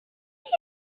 wait